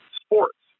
sports